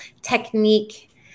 technique